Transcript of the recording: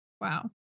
Wow